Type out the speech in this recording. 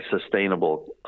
sustainable